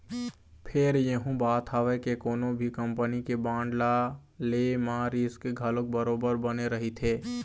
फेर यहूँ बात हवय के कोनो भी कंपनी के बांड ल ले म रिस्क घलोक बरोबर बने रहिथे